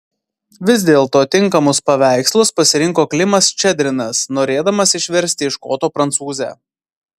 vis dėlto tinkamus paveikslus pasirinko klimas ščedrinas norėdamas išversti iš koto prancūzę